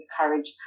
courage